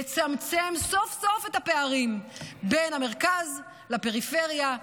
לצמצם סוף-סוף את הפערים בין המרכז לפריפריה,